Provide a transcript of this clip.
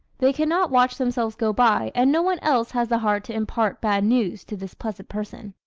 they can not watch themselves go by and no one else has the heart to impart bad news to this pleasant person.